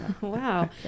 Wow